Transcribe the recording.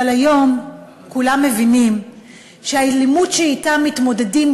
אבל היום כולם מבינים שהאלימות שאתה מתמודדים,